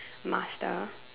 master